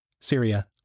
Syria